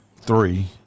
three